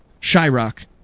Shyrock